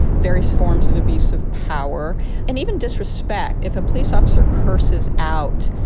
various forms of abuse of power and even disrespect. if a police officer curses out,